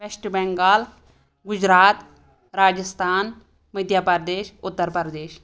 وَیٚسٹہٕ Bengal Gujarat Rajasthan Madhya Pradesh Uttar Pradesh